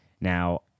Now